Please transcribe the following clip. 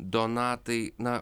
donatai na